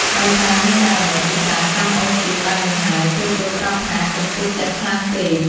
ដោយសារមានករណីជាច្រើនចាំអូសទាញបែបនេះហើយ ទើបលោកប្រាប់ថា កុំទុកចិត្តខ្លាំងពេក ។